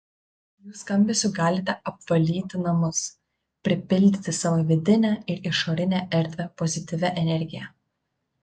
jų skambesiu galite apvalyti namus pripildyti savo vidinę ir išorinę erdvę pozityvia energija